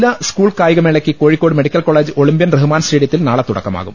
ജില്ലാ സ്കൂൾ കായികമേളയ്ക്ക് Kozhikode medical college olympian Rahman സ്റ്റേഡിയത്തിൽ നാളെ തുടക്കമാ കും